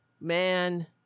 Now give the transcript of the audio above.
man